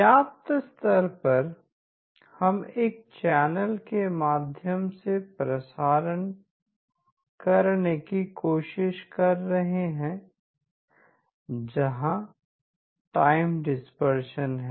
व्यापक स्तर पर हम एक चैनल के माध्यम से प्रसारण करने की कोशिश कर रहे हैं जहां टाइम डिस्पर्शन है